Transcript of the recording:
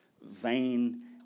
vain